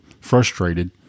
frustrated